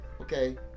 okay